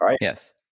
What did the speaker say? Yes